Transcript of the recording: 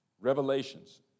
Revelations